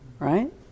Right